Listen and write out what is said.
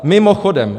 Mimochodem.